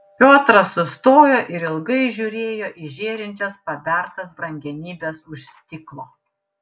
piotras sustojo ir ilgai žiūrėjo į žėrinčias pabertas brangenybes už stiklo